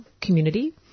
community